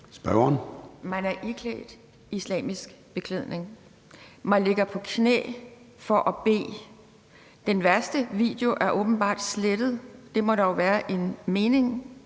(DF): Man er iklædt islamisk beklædning. Man ligger på knæ for at bede. Den værste video er åbenbart slettet. Det må der være en mening